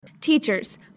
Teachers